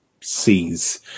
sees